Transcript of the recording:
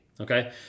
Okay